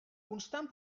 constant